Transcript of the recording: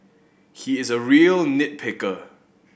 he is a real nit picker